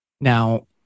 Now